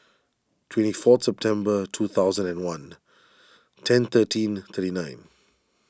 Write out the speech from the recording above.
twenty four September two thousand and one ten thirteen thirty nine